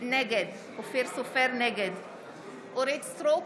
נגד אורית מלכה סטרוק,